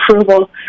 approval